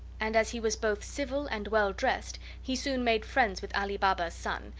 and as he was both civil and well dressed he soon made friends with ali baba's son,